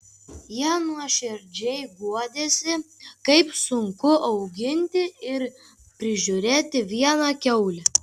jie nuoširdžiai guodėsi kaip sunku auginti ir prižiūrėti vieną kiaulę